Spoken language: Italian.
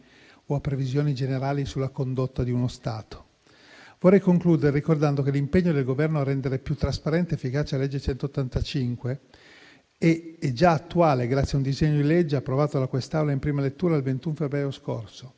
o a previsioni generali sulla condotta di uno Stato. Vorrei concludere ricordando che l'impegno del Governo a rendere più trasparente ed efficace la legge n. 185 è già attuale grazie a un disegno di legge approvato da questa Assemblea in prima lettura il 21 febbraio scorso.